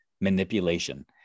manipulation